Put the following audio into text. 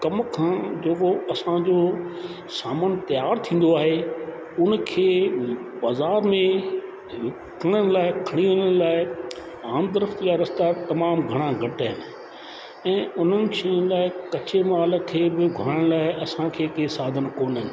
कम खां जेतिरो असांजो सामान तयारु थींदो आहे उन खे बाज़ारि में विकिरण लाइ खणी वञण लाइ आमदरफ़्त जा रस्ता तमामु घणा घटि आहिनि ऐं उन्हनि शयुनि लाइ कच्चे माल खे बि उघाइण लाइ बि असांखे के साधन कोन आहिनि